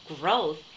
growth